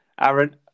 Aaron